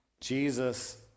Jesus